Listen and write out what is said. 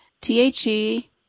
T-H-E